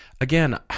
again